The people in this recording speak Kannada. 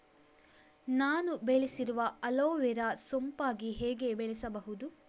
ನಾನು ಬೆಳೆಸಿರುವ ಅಲೋವೆರಾ ಸೋಂಪಾಗಿ ಹೇಗೆ ಬೆಳೆಸಬಹುದು?